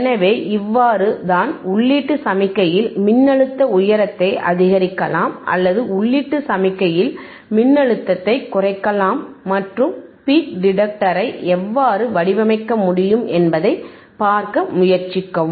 எனவே இவ்வாறு தான் உள்ளீட்டு சமிக்ஞையில் மின்னழுத்த உயரத்தை அதிகரிக்கலாம் அல்லது உள்ளீட்டு சமிக்ஞையில் மின்னழுத்தத்தை குறைக்கலாம் மற்றும் பீக் டிடெக்டரை எவ்வாறு வடிவமைக்க முடியும் என்பதைப் பார்க்க முயற்சிக்கவும்